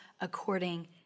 according